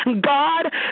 God